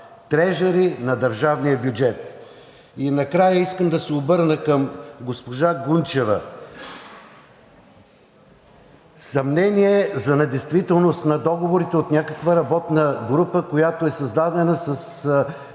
трежъри на държавния бюджет. И накрая искам да се обърна към госпожа Гунчева – съмнение за недействителност на договорите от някаква работна група, която е създадена със